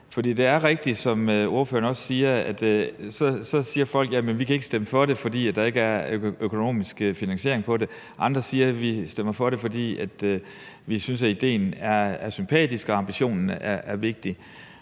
For det er rigtigt, som ordføreren også siger, at folk så siger, at de ikke kan stemme for det, fordi der ikke er økonomisk finansiering, og at andre siger, at de stemmer for det, fordi de synes, idéen er sympatisk og ambitionen er vigtig.